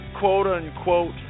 quote-unquote